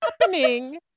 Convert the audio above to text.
happening